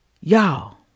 Y'all